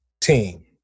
team